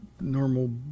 normal